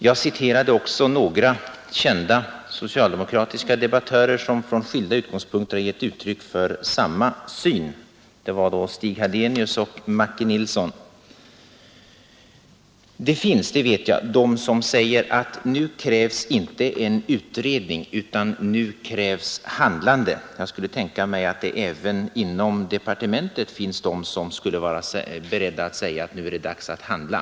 Jag citerade också några kända socialdemokratiska debattörer som från skilda utgångspunkter har gett uttryck för samma syn, nämligen Stig Hadenius och Macke Nilsson. Jag vet att det finns de som säger att nu krävs inte en utredning, utan nu krävs handlande. Jag skulle kunna tänka mig att det även inom departementet finns någon som skulle vara beredd att säga att det nu är dags att handla.